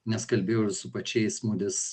nes kalbėjau ir su pačiais moodys